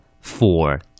four